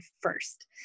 first